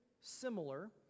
similar